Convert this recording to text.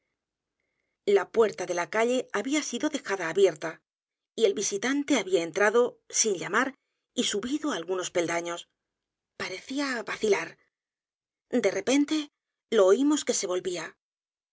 la puerta de la calle había sido dejada abierta y el edgar poe novelas y cuentos visitante había entrado sin llamar y subido algunos peldaños parecía vacilar de repente lo oimos que se volvía